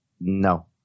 no